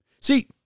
See